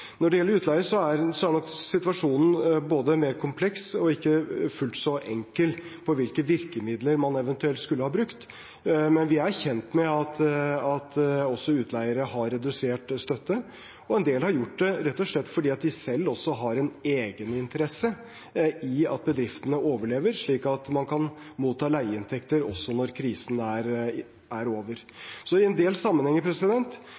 Når det gjelder utleie, er nok situasjonen både mer kompleks og ikke fullt så enkel på hvilke virkemidler man eventuelt skulle ha brukt. Men vi er kjent med at også utleiere har redusert leien, og en del har gjort det rett og slett fordi de selv har en egeninteresse i at bedriftene overlever, slik at man kan motta leieinntekter også når krisen er over. Så i en del sammenhenger